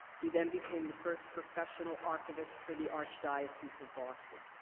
he then became the first professional archivist for the archdiocese of boston.